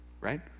right